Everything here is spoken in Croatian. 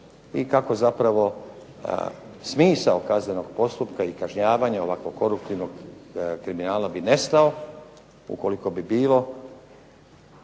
i kako zapravo smisao kaznenog postupka i kažnjavanja ovako koruptivnog kriminala bi nestao ukoliko bi bilo